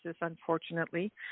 unfortunately